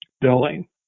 billing